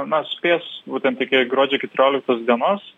na spės būtent iki gruodžio keturioliktos dienos